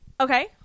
Okay